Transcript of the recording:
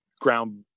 ground